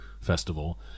Festival